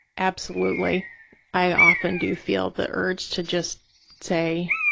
absolutely i often do feel the urge to just say,